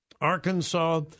Arkansas